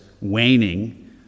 waning